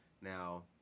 Now